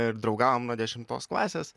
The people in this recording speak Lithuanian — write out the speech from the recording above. ir draugavom nuo dešimtos klasės